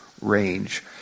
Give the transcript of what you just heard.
range